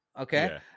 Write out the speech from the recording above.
Okay